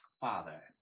father